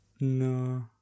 No